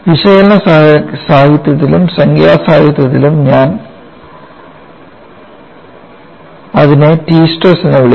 വിശകലന സാഹിത്യത്തിലും സംഖ്യാ സാഹിത്യത്തിലും ഞാൻ അതിനെ T സ്ട്രെസ് എന്ന് വിളിക്കുന്നു